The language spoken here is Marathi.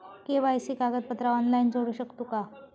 के.वाय.सी कागदपत्रा ऑनलाइन जोडू शकतू का?